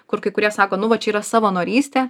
kur kai kurie sako nu va čia yra savanorystė